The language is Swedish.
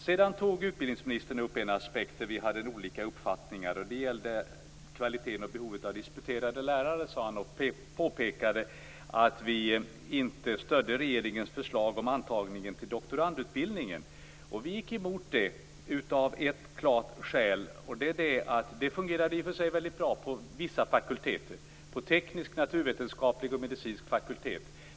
Sedan tog utbildningsministern upp en aspekt där vi hade olika uppfattningar. Det gällde kvaliteten och behovet av disputerade lärare, sade han och påpekade att vi inte stödde regeringens förslag om antagningen till doktorandutbildningen. Detta gick vi emot av ett klart skäl. Det fungerade i och för sig väldigt bra på vissa fakulteter - på teknisk, naturvetenskaplig och medicinsk fakultet.